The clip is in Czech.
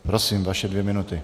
Prosím, vaše dvě minuty.